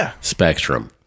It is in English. spectrum